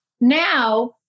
Now